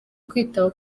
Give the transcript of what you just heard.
kwitaba